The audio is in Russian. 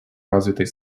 развитой